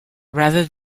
rather